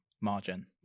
margin